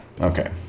Okay